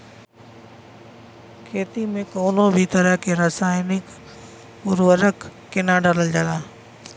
खेती में कउनो भी तरह के रासायनिक उर्वरक के ना डालल जाला